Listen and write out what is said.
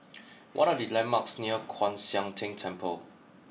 what are the landmarks near Kwan Siang Tng Temple